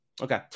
Okay